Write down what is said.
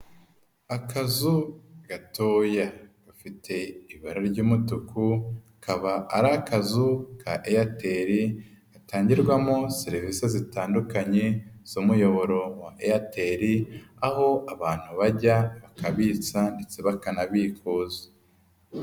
Akazu gatoya gafite ibara ry'umutuku akaba ari akazu ka Airtel gatangirwamo serivisi zitandukanye z'umuyoboro wa Airtel, aho abantu bajya bakabitsa ndetse bakanabikuza.